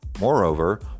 Moreover